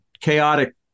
chaotic